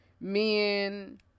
men